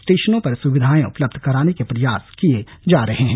स्टेशनों पर सुविधांए उपलब्ध कराने के प्रयास किए जा रहे हैं